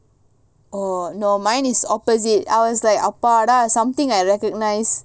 oh no mine is opposite I was like அப்பாடா:appada something I recognise